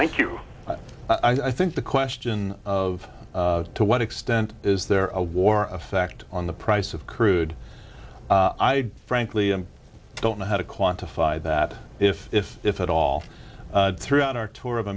thank you i think the question of to what extent is there a war effect on the price of crude i frankly don't know how to quantify that if if if at all throughout our tour of